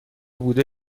بوده